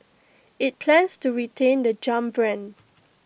IT plans to retain the jump brand